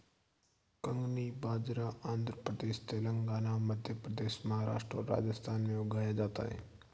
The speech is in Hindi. कंगनी बाजरा आंध्र प्रदेश, तेलंगाना, मध्य प्रदेश, महाराष्ट्र और राजस्थान में उगाया जाता है